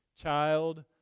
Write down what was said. child